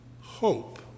hope